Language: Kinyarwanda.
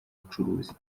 bucuruzi